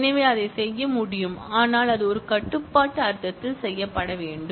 எனவே அதை செய்ய முடியும் ஆனால் அது ஒரு கட்டுப்பாட்டு அர்த்தத்தில் செய்யப்பட வேண்டும்